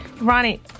Ronnie